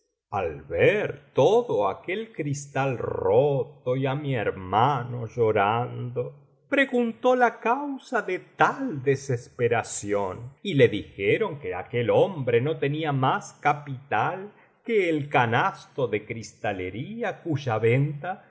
al ver todo aquel cristal roto y á mi hermano llorando preguntó la causa ele tal desesperación y le dijeron que aquel hombre no tenía más capital que el canasto de cristalería cuya venta le